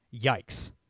yikes